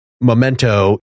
memento